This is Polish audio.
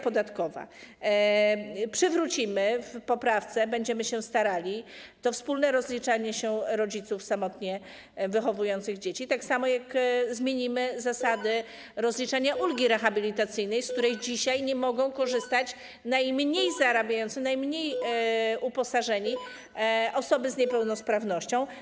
Przywrócimy w poprawce - będziemy się o to starali - wspólne rozliczanie się rodziców samotnie wychowujących dzieci, tak samo jak zmienimy zasady rozliczania ulgi rehabilitacyjnej, z której dzisiaj nie mogą korzystać najmniej zarabiający, najmniej uposażeni, osoby z niepełnosprawnością.